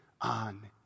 on